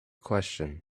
question